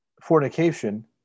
fornication